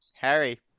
Harry